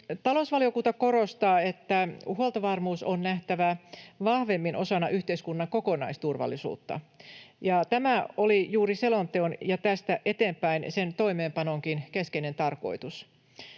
Talousvaliokunta korostaa, että huoltovarmuus on nähtävä vahvemmin osana yhteiskunnan kokonaisturvallisuutta, ja tämä oli juuri selonteon ja tästä eteenpäin sen toimeenpanonkin keskeinen tarkoitus.